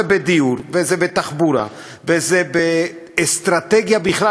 זה בדיור וזה בתחבורה וזה באסטרטגיה בכלל,